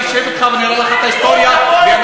אני אשב אתך ואני אראה לך את ההיסטוריה ונכיר,